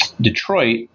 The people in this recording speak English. Detroit